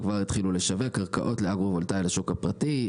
והתחילה לשווק קרקעות לאגרו-וולטאי לשוק הפרטי,